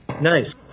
Nice